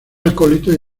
acólito